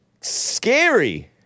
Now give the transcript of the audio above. scary